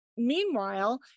meanwhile